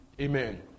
Amen